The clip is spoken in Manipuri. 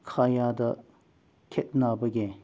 ꯀꯌꯥꯗ ꯈꯦꯠꯅꯕꯒꯦ